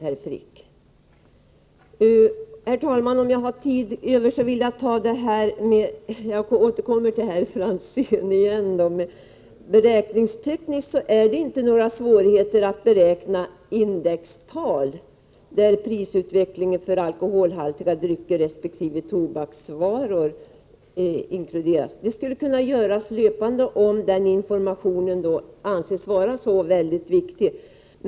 Ytterligare till Ivar Franzén: Beräkningstekniskt är det inga svårigheter att ta fram indextal där prisutvecklingen för alkoholhaltiga drycker resp. tobaksvaror inte är med. Det skulle kunna göras löpande, om informationen anses vara så viktig.